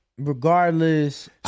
Regardless